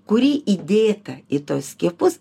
kuri įdėta į tuos skiepus